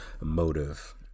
motive